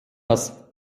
das